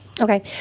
Okay